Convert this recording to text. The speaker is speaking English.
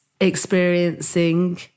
experiencing